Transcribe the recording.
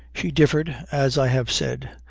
she differed, as i have said,